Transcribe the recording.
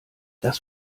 das